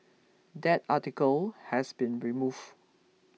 that article has been removed